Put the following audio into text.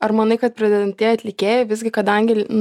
ar manai kad pradedantieji atlikėjai visgi kadangi